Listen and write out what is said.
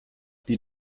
die